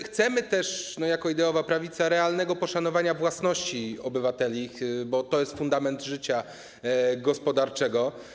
Chcemy też jako ideowa prawica realnego poszanowania własności obywateli, bo to jest fundament życia gospodarczego.